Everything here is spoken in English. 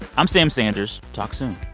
i'm sam sanders. talk soon